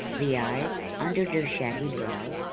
the eyes, under their shaggy brows,